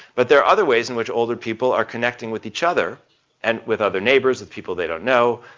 but there are other ways in which older people are connecting with each other and with other neighbors, with people they don't know,